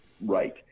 Right